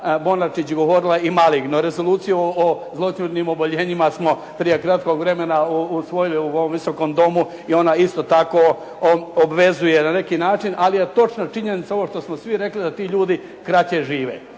Bonačić govorila i maligno. Rezoluciju o zloćudnim oboljenjima smo prije kratkog vremena usvojili u ovom Viskom domu i ona obvezuje na neki način. Ali je točna činjenica ovo što smo svi rekli da ti ljudi kraće žive.